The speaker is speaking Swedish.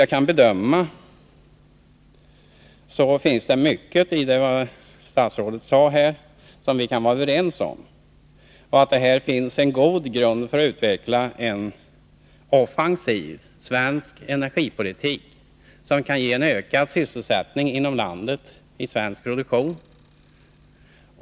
Jag kan instämma i mycket av vad statsrådet sade. Också vi anser att det finns en god grund för att utveckla en offensiv svensk energipolitik som kan ge ökad sysselsättning inom landet i svensk produktion.